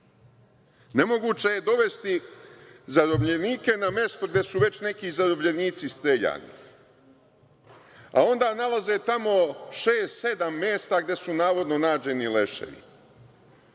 Nemoguće je dovesti zarobljenike na mesto gde su već neki zarobljenici streljani, a onda nalaze tamo šest-sedam mesta gde su navodno nađeni leševi.